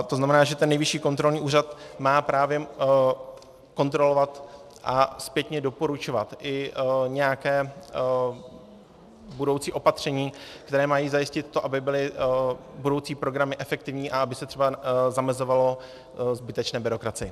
To znamená, že Nejvyšší kontrolní úřad má právě kontrolovat a zpětně doporučovat i nějaká budoucí opatření, která mají zajistit to, aby byly budoucí programy efektivní a aby se třeba zamezovalo zbytečné byrokracii.